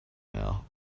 now